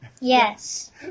Yes